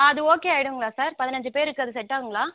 அது ஓகே ஆயிடுங்களா சார் பதினஞ்சு பேர் இருக்கிறது செட் ஆகுங்களா